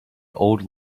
old